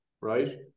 right